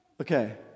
Okay